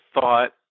thought